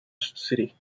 city